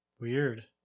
Weird